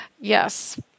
Yes